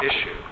issue